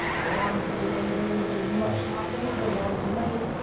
one theayter is as much like another one to me.